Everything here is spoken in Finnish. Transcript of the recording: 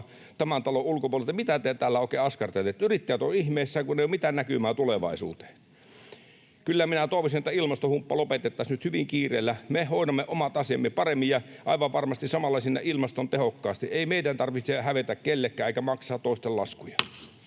tämän talon ulkopuolella, että mitä te täällä oikein askartelette. Yrittäjät ovat ihmeissään, kun ei ole mitään näkymää tulevaisuuteen. Kyllä minä toivoisin, että ilmastohumppa lopetettaisiin nyt hyvin kiireellä. Me hoidamme omat asiamme paremmin ja aivan varmasti siinä samalla ilmaston tehokkaasti. Ei meidän tarvitse hävetä kenellekään, eikä maksaa toisten laskuja.